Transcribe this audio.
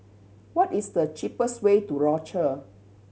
what is the cheapest way to Rochor